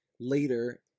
later